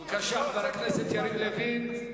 בבקשה, חבר הכנסת יריב לוין.